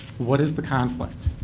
what is the conflict?